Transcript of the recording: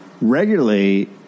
Regularly